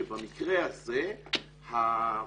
שבמקרה הזה המתת